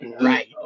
Right